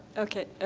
ok.